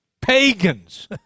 pagans